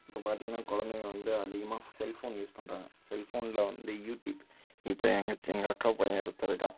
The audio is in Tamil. இப்போ பார்த்திங்கன்னா குழந்தைங்க வந்து அதிகமாக செல் ஃபோன் யூஸ் பண்ணுறாங்க செல் ஃபோன்ல வந்து யூடியூப் இப்போ எங்கள் எங்கள் அக்கா பையன் ஒருத்தன் இருக்கான்